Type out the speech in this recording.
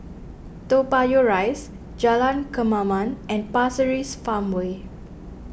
Toa Payoh Rise Jalan Kemaman and Pasir Ris Farmway